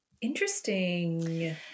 Interesting